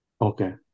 Okay